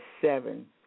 seven